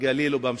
בגליל ובמשולש,